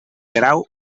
grau